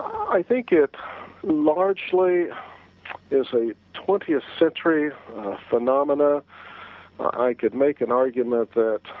i think its largely is a twentieth century phenomenon ah i could make an argument that